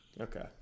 Okay